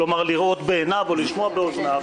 כלומר לראות בעיניו או לשמוע באזניו,